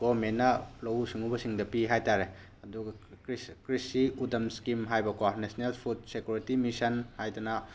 ꯒꯣꯃꯦꯟꯅ ꯂꯧꯎ ꯁꯤꯡꯎꯕꯁꯤꯡꯗ ꯄꯤ ꯍꯥꯏꯇꯥꯔꯦ ꯀ꯭ꯔꯤꯁꯤ ꯎꯗꯝ ꯁ꯭ꯀꯤꯝ ꯍꯥꯏꯕ ꯀꯣ ꯅꯦꯁꯅꯦꯜ ꯐꯨꯠ ꯁꯦꯀꯨꯔꯤꯇꯤ ꯃꯤꯁꯟ ꯍꯥꯏꯗꯅ